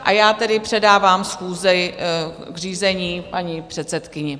A já tedy předávám schůzi k řízení paní předsedkyni.